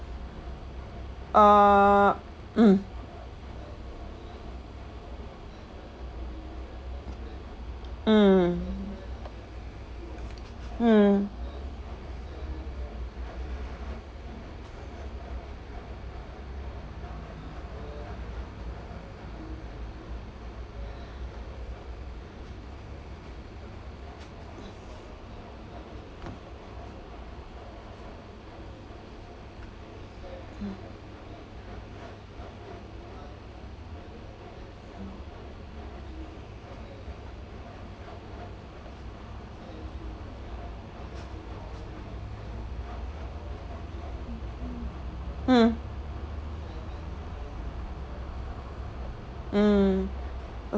uh mm mm mm mm mm